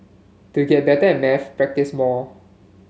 to get better at maths practise more